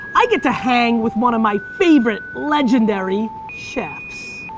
i get to hang with one of my favorite legendary chefs.